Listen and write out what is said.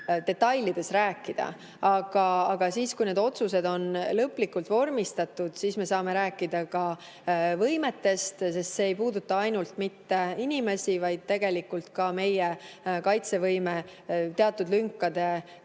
detailselt rääkida, aga siis, kui need otsused on lõplikult vormistatud, me saame rääkida ka võimetest, sest see ei puuduta ainult inimesi, vaid tegelikult ka meie kaitsevõime teatud lünkade